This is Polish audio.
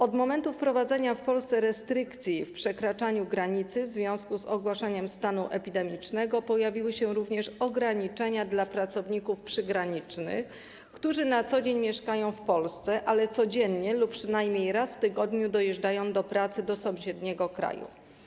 Od momentu wprowadzenia w Polsce restrykcji w przekraczaniu granicy w związku z ogłoszeniem stanu epidemicznego pojawiły się również ograniczenia dla pracowników przygranicznych, którzy na co dzień mieszkają w Polsce, ale codziennie lub przynajmniej raz w tygodniu dojeżdżają do pracy do sąsiedniego kraju.